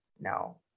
no